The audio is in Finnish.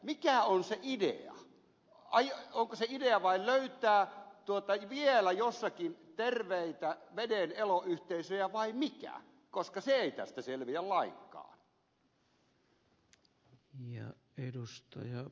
mikä on se idea onko se idea vain löytää vielä jostakin terveitä veden eloyhteisöjä vai mikä koska se ei tästä selviä lainkaan